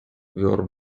were